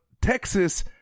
Texas